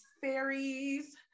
fairies